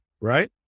right